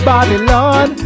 Babylon